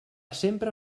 sempre